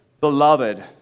Beloved